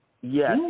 Yes